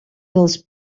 dels